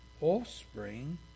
offspring